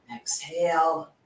Exhale